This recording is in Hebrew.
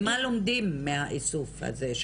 ומה לומדים מאיסוף הנתונים הזה?